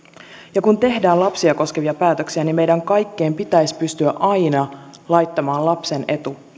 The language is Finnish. ja kun tehdään lapsia koskevia päätöksiä niin meidän kaikkien pitäisi pystyä aina laittamaan lapsen etu